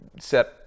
set